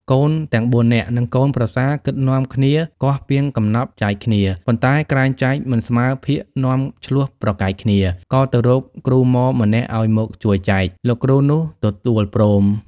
កូនទាំង ៤នាក់ និងកូនប្រសាគិតនាំគ្នាគាស់ពាងកំណប់ចែកគ្នា ប៉ុន្តែក្រែងចែក មិនស្មើភាគនាំឈ្លោះប្រែកែកគ្នា ក៏ទៅរកគ្រូហ្មម្នាក់ឱ្យមកជួយចែក លោកគ្រូនោះទទួលព្រម។